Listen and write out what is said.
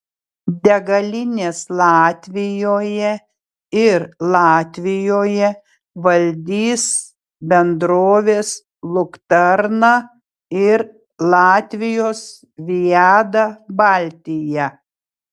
degalinės latvijoje ir latvijoje valdys bendrovės luktarna ir latvijos viada baltija